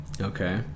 Okay